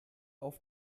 auf